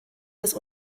des